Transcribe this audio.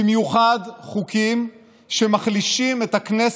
במיוחד חוקים שמחלישים את הכנסת.